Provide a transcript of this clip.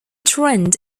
trend